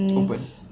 open